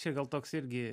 čia gal toks irgi